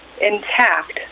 intact